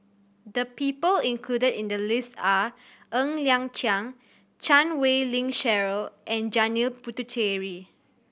the people included in the list are Ng Liang Chiang Chan Wei Ling Cheryl and Janil Puthucheary